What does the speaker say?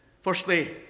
Firstly